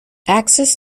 access